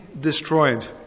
destroyed